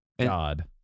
God